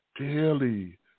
daily